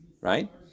right